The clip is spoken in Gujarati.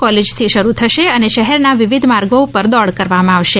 કોલેજ થી શરૂ થશે અને શહેર ના વિવિધ માર્ગો પર દોડ કરવામા આવશે